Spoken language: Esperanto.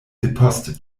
depost